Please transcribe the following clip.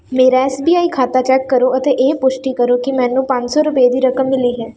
ਮੇਰਾ S B I ਖਾਤਾ check ਕਰੋ ਅਤੇ ਇਹ ਪੁਸ਼ਟੀ ਕਰੋ ਕਿ ਮੈਨੂੰ ਪੰਜ ਸੌ ਰੁਪਏ ਦੀ ਰਕਮ ਮਿਲੀ ਹੈ